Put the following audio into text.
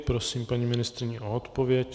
Prosím paní ministryni o odpověď.